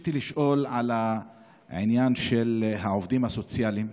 רציתי לשאול על עניין של העובדים הסוציאליים,